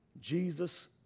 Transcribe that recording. Jesus